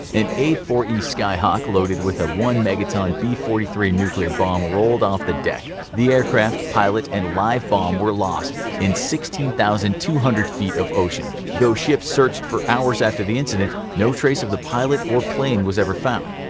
and a four e skyhawk loaded with a one megaton and b four three nuclear bomb rolled off the deck. the aircraft, pilot and live bomb were lost in sixteen thousand two hundred feet of ocean. though ships searched for hours after the accident, no trace of the pilot or plane was ever found.